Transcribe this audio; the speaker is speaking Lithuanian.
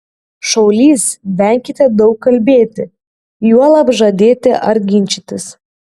šaulys venkite daug kalbėti juolab žadėti ar ginčytis